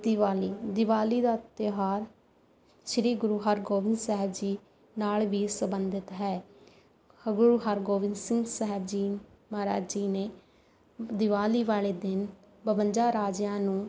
ਦੀਵਾਲੀ ਦੀਵਾਲੀ ਦਾ ਤਿਉਹਾਰ ਸ਼੍ਰੀ ਗੁਰੂ ਹਰਗੋਬਿੰਦ ਸਾਹਿਬ ਜੀ ਨਾਲ ਵੀ ਸੰਬੰਧਿਤ ਹੈ ਗੁਰੂ ਹਰਗੋਬਿੰਦ ਸਿੰਘ ਸਾਹਿਬ ਜੀ ਮਹਾਰਾਜ ਜੀ ਨੇ ਦੀਵਾਲੀ ਵਾਲੇ ਦਿਨ ਬਵੰਜਾ ਰਾਜਿਆਂ ਨੂੰ